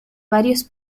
varios